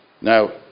Now